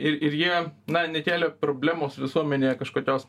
ir ir jie na nekėlė problemos visuomenėje kažkokios